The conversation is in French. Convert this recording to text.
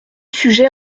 sujets